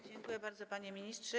Dziękuję bardzo, panie ministrze.